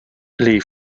les